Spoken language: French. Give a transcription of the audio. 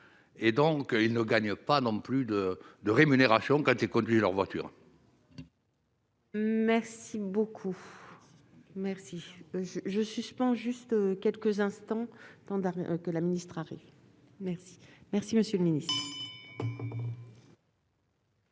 et donc il ne gagne pas non plus de de rémunération quand et conduire leur voiture. Merci beaucoup, merci, je suspends juste quelques instants pendant que la ministre arrive, merci, merci Monsieur le mini.